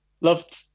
loved